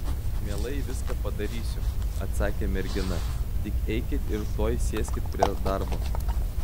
mielai viską padarysiu atsakė mergina tik eikit ir tuoj sėskit prie darbo